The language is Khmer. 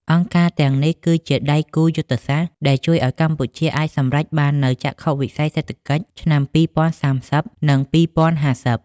អង្គការទាំងនេះគឺជា "ដៃគូយុទ្ធសាស្ត្រ" ដែលជួយឱ្យកម្ពុជាអាចសម្រេចបាននូវចក្ខុវិស័យសេដ្ឋកិច្ចឆ្នាំ ២០៣០ និង ២០៥០។